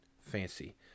Fancy